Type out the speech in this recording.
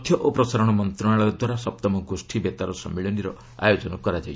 ତଥ୍ୟ ଓ ପ୍ରସାରଣ ମନ୍ତଶାଳୟ ଦ୍ୱାରା ସପ୍ତମ ଗୋଷ୍ଠୀ ବେତାର ସମ୍ମିଳନୀର ଆୟୋଜନ କରାଯାଇଛି